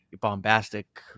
bombastic